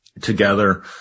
together